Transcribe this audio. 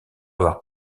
avoir